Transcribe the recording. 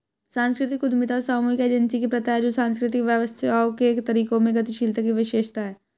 सांस्कृतिक उद्यमिता सामूहिक एजेंसी की प्रथा है जो सांस्कृतिक व्यवसायों के तरीकों में गतिशीलता की विशेषता है